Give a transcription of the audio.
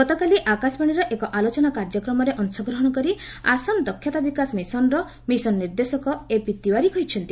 ଗତକାଲି ଆକାଶବାଣୀର ଏକ ଆଲୋଚନା କାର୍ଯ୍ରକ୍ରମରେ ଅଂଶଗ୍ରହଣ କରି ଆସାମ ଦକ୍ଷତା ବିକାଶ ମିଶନ୍ର ମିଶନ୍ ନିର୍ଦ୍ଦେଶକ ଏପି ତିୱାରି କହିଛନ୍ତି